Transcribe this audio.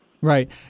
Right